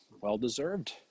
well-deserved